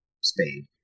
Spade